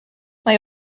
mae